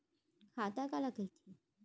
खाता काला कहिथे?